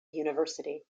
university